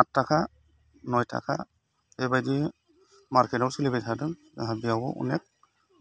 आदथाखा नयथाखा बेबायदि मारकेटआव सोलिबाय थादों आंहा बेयाव अनेक